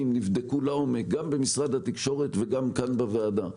נבדקו לעומק גם במשרד התקשורת וגם כאן בוועדה,